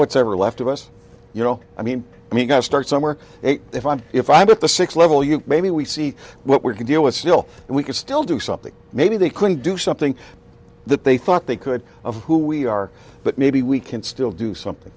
what's ever left of us you know i mean we gotta start somewhere if i'm if i'm at the six level you maybe we see what we can deal with still we can still do something maybe they can do something that they thought they could of who we are but maybe we can still do something